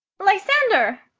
lysander!